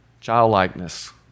Childlikeness